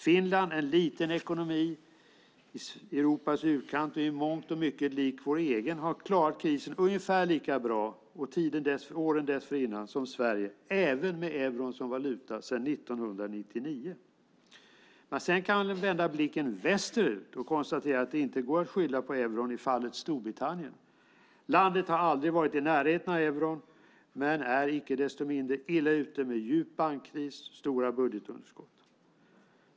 Finland, en liten ekonomi i Europas utkant, i mångt och mycket lik vår egen, har klarat krisen och åren dessförinnan ungefär lika bra som Sverige även med euron som valuta sedan 1999. Man kan sedan vända blicken västerut och konstatera att det inte går att skylla på euron i fallet Storbritannien. Landet har aldrig varit i närheten av euron men är icke desto mindre illa ute med djup bankkris och stora budgetunderskott.